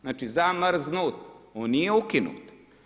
Znači zamrznut, on nije ukinut.